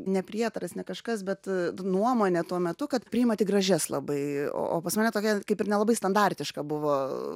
ne prietaras ne kažkas bet nuomonė tuo metu kad priima tik gražias labai o pas mane tokia kaip ir nelabai standartiška buvo